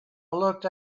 looked